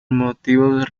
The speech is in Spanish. motivos